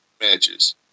Matches